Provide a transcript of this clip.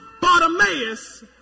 Bartimaeus